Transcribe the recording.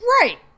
Right